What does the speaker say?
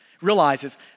realizes